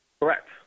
Correct